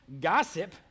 gossip